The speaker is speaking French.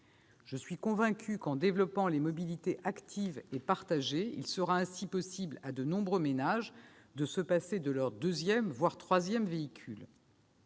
Je suis convaincue qu'en développant les mobilités actives et partagées, il sera ainsi possible à de nombreux ménages de se passer de leur deuxième, voire troisième véhicule.